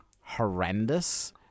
horrendous